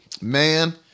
Man